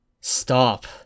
Stop